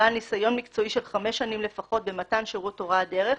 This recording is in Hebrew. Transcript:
בעל ניסיון מקצועי של חמש שנים לפחות במתן שירות הוראת דרך,